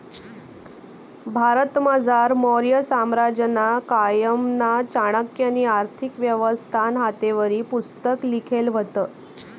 भारतमझार मौर्य साम्राज्यना कायमा चाणक्यनी आर्थिक व्यवस्थानं हातेवरी पुस्तक लिखेल व्हतं